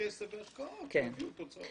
כסף והשקעות יביאו תוצאות.